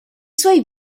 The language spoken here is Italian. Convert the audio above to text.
suoi